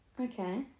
Okay